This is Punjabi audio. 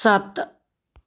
ਸੱਤ